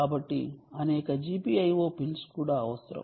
కాబట్టి అనేక GPIO pins కూడా అవసరం